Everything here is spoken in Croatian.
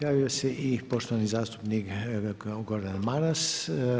Javio se i poštovani zastupnik Gordan Maras.